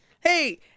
hey